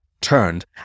turned